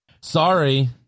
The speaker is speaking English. Sorry